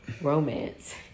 romance